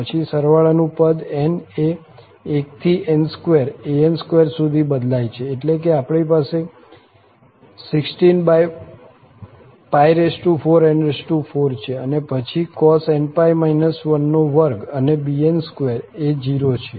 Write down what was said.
પછી સરવાળાનું પદ n એ 1 થી n2 an2 સુધી બદલાય છે એટલે કે આપણી પાસે 164n4 છે અને પછી cos⁡nπ 12 અનેbn2 એ 0 છે